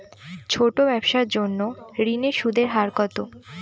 ছোট ব্যবসার জন্য ঋণের সুদের হার কত?